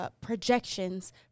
projections